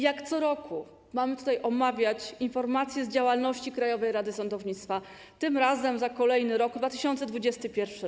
Jak co roku mamy tutaj omawiać informację z działalności Krajowej Rady Sądownictwa, tym razem za kolejny rok - 2021.